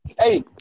Hey